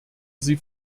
sie